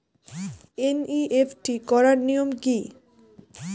NEFT করার নিয়ম কী?